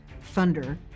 thunder